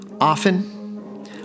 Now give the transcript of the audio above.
Often